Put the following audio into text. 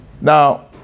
Now